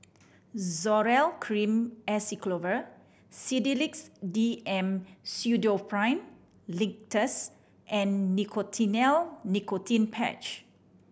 Zoral Cream Acyclovir Sedilix D M Pseudoephrine Linctus and Nicotinell Nicotine Patch